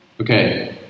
Okay